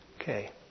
Okay